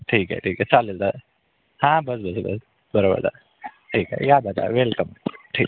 ठीक आहे ठीक आहे चालेल दादा हां बस बस बस बरोबर दादा ठीक आहे या दादा वेलकम ठीक